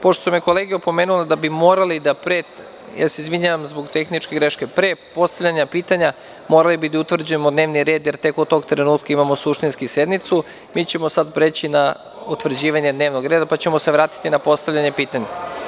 Pošto su me kolege opomenule da bi morali, izvinjavam se zbog tehničke greške, pre postavljanja pitanja da utvrdimo dnevni red, jer tek od tog trenutka imamo suštinski sednicu, mi ćemo sada preći na utvrđivanje dnevnog reda, pa ćemo se vratiti na postavljanje pitanja.